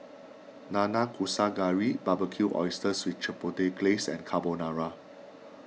Nanakusa Gayu Barbecued Oysters with Chipotle Glaze and Carbonara